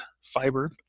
fiber